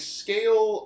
scale